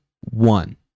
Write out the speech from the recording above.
one